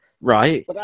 right